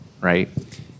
right